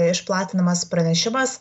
išplatinamas pranešimas